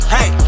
Hey